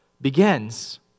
begins